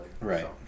Right